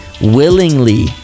willingly